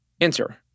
Enter